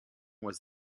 was